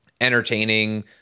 entertaining